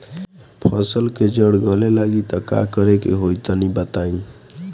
फसल के जड़ गले लागि त का करेके होई तनि बताई?